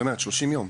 אז היא אומרת: 30 יום.